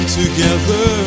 together